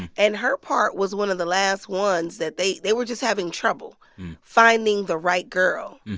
and her part was one of the last ones that they they were just having trouble finding the right girl.